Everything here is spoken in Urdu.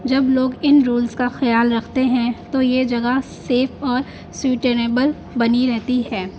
جب لوگ ان رولس کا خیال رکھتے ہیں تو یہ جگہ سیف اور سوئٹینبل بنی رہتی ہے